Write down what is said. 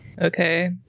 okay